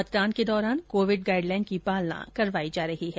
मतदान के दौरान कोविड गाइड लाइन की पालना करवाई जा रही है